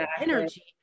energy